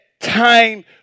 time